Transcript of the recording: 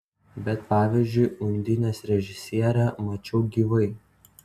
bet pavyzdžiui undinės režisierę mačiau gyvai